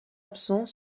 absent